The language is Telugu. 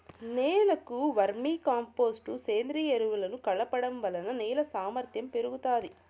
నేలకు వర్మీ కంపోస్టు, సేంద్రీయ ఎరువులను కలపడం వలన నేల సామర్ధ్యం పెరుగుతాది